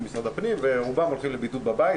משרד הפנים ורובם הולכים לבידוד בבית,